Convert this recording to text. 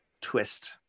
twist